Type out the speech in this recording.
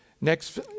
Next